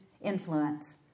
influence